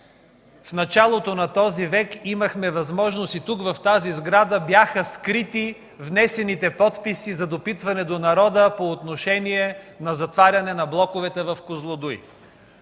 В началото на този век ние имахме възможност и тук, в тази сграда, бяха скрити внесените подписи за допитване до народа по отношение на затварянето на блоковете в „Козлодуй”.